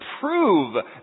prove